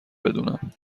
بدونم